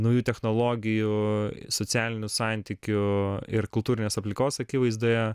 naujų technologijų socialinių santykių ir kultūrinės aplinkos akivaizdoje